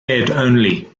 only